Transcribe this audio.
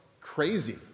crazy